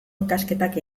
ikasketak